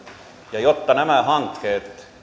ja jotta nämä hankkeet